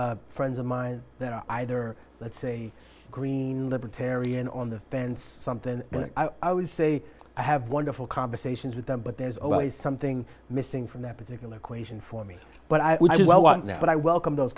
friends of mine that are either let's say green libertarian on the fence something i would say i have wonderful conversations with them but there's always something missing from that particular question for me but i would do well on that but i welcome those